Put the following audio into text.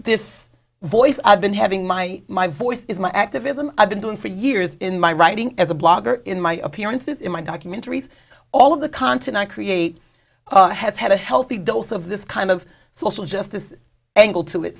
this voice i've been having my my voice is my activism i've been doing for years in my writing as a blogger in my appearances in my documentaries all of the continent create has had a healthy dose of this kind of social justice angle to it